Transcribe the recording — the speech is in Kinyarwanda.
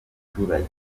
baturage